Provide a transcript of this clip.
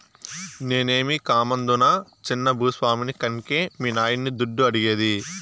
నేనేమీ కామందునా చిన్న భూ స్వామిని కన్కే మీ నాయన్ని దుడ్డు అడిగేది